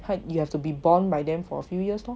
but you have to be bond by them for a few years lor